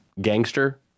gangster